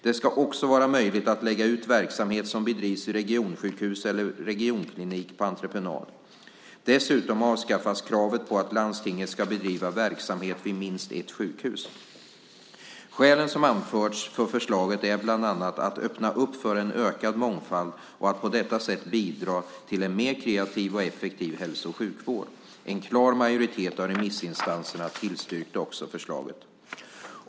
Det ska också vara möjligt att lägga ut verksamhet som bedrivs vid regionsjukhus eller regionklinik på entreprenad. Dessutom avskaffas kravet på att landstinget ska bedriva verksamhet vid minst ett sjukhus. Skälen som anförts för förslaget är bland annat att öppna för en ökad mångfald och att på detta sätt bidra till en mer kreativ och effektiv hälso och sjukvård. En klar majoritet av remissinstanserna tillstyrkte också förslaget.